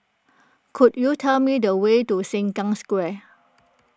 could you tell me the way to Sengkang Square